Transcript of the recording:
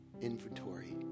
inventory